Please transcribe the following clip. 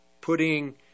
putting